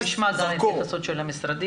הבנתי, אנחנו נשמע גם התייחסות של המשרדים.